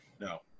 no